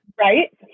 Right